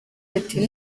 ati